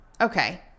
Okay